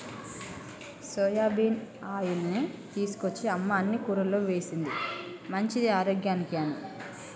soybean ఆయిల్ని తీసుకొచ్చి అమ్మ అన్ని కూరల్లో వేశింది మంచిది ఆరోగ్యానికి అని